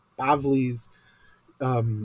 Bavli's